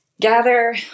gather